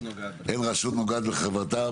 אין רשות נוגעת בחברתה.